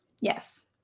yes